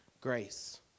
Grace